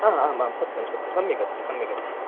आ आमामं सत्यं सत्यं सम्यगस्ति सम्यगस्ति